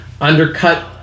undercut